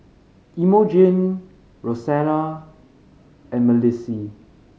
Imogene Rosanna and Malissie